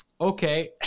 okay